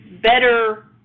better